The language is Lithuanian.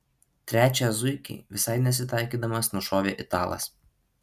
trečią zuikį visai nesitaikydamas nušovė italas